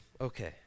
Okay